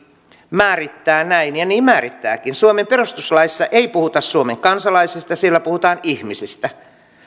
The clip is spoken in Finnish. määrittää näin ja niin määrittääkin suomen perustuslaissa ei puhuta suomen kansalaisista siellä puhutaan ihmisistä